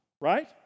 right